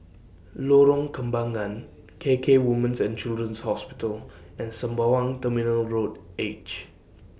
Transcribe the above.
Lorong Kembangan K K Woman's and Children's Hospital and Sembawang Terminal Road H